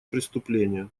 преступление